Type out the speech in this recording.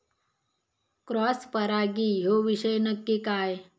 Cross परागी ह्यो विषय नक्की काय?